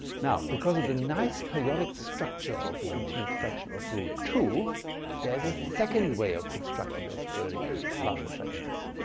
now because of the nice periodic structure of the continued fraction of root two there is a second way of constructing those early partial fractions.